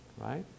right